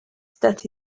that